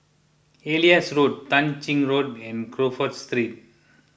Elias Road Tah Ching Road and Crawford Street